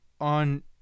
on